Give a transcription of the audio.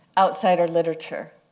outsider literature